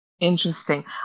Interesting